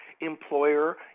employer